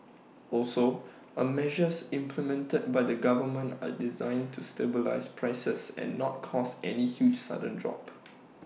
also A measures implemented by the government are designed to stabilise prices and not cause any huge sudden drop